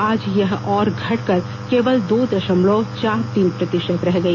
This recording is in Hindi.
आज यह और घटकर केवल दो दशमलव चार तीन प्रतिशत रह गई